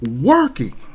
working